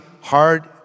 hard